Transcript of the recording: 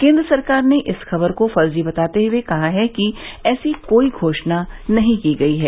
केन्द्र सरकार ने इस खबर को फर्जी बताते हुए कहा है कि ऐसी कोई घोषणा नहीं की गयी है